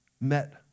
met